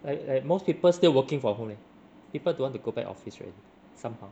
like like most people still working for home leh people don't want to go back office already somehow